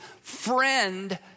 friend